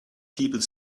people